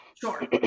Sure